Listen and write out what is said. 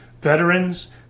veterans